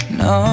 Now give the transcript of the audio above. no